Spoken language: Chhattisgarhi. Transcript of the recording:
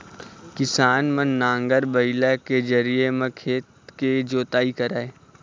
किसान मन नांगर, बइला के जरिए म खेत के जोतई करय